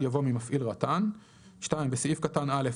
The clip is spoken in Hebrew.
יבוא "ממפעיל רט"ן"; (2)בסעיף קטן (א),